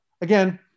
again